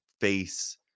face